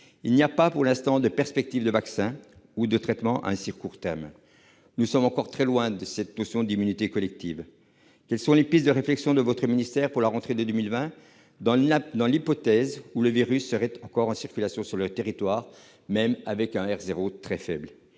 il n'y a pas de perspective de vaccin ni de traitement à si court terme, et nous sommes encore très loin de l'immunité collective. Quelles sont donc les pistes de réflexion de votre ministère pour la rentrée scolaire de 2020, dans l'hypothèse où le virus serait encore en circulation sur le territoire, même avec un R0 très faible ?